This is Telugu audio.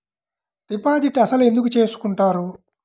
డిపాజిట్ అసలు ఎందుకు చేసుకుంటారు?